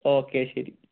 okay ശരി